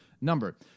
number